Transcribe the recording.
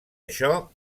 això